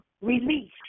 release